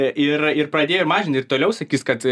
ir ir pradėjo mažinti ir toliau sakys kad